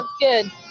Good